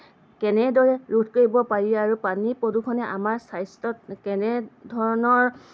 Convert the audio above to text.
কেনেদৰে ৰোধ কৰিব পাৰি আৰু পানী প্ৰদূষণে আমাৰ স্বাস্থ্যত কেনেধৰণৰ